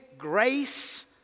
grace